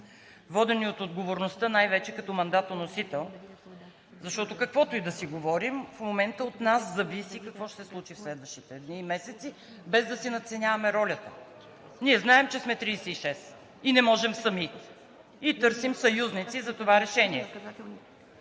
водени от отговорността най-вече като мандатоносител, защото каквото и да си говорим, в момента от нас зависи какво ще се случи в следващите дни и месеци, без да си надценяваме ролята. Ние знаем, че сме 36, не можем сами и търсим съюзници за това решение,